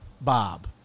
Bob